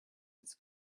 its